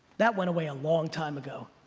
that went away a long time ago.